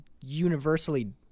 universally